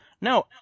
No